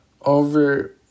Over